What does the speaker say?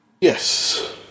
Yes